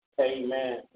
Amen